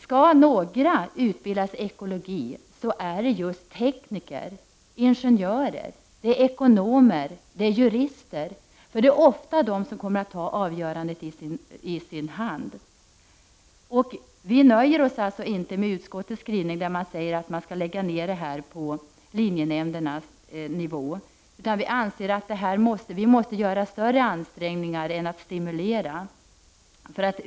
Skall några utbildas i ekologi så är det just tekniker, ingenjörer, ekonomer och jurister, för det är ofta de som kommer att få ta avgörandet i sin hand. Vi nöjer oss alltså inte med utskottets skrivning, där man säger att detta skall läggas ner på linjenämndernas nivå. Vi anser att det måste till större ansträngningar än att bara stimulera.